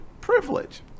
privilege